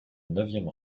neuvième